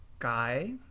guy